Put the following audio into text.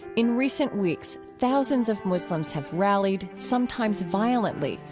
in recent weeks, thousands of muslims have rallied, sometimes violently,